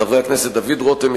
חבר הכנסת דוד רותם,